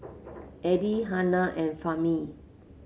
Adi Hana and Fahmi